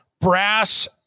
brass